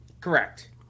Correct